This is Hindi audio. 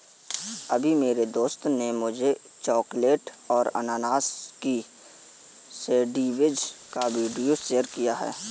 अभी मेरी दोस्त ने मुझे चॉकलेट और अनानास की सेंडविच का वीडियो शेयर किया है